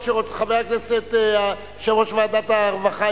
חבר כנסת יושב-ראש ועדת העבודה,